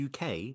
UK